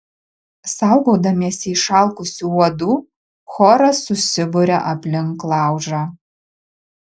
saugodamiesi išalkusių uodų choras susiburia aplink laužą